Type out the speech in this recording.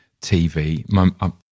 TV